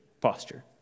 posture